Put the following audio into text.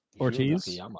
Ortiz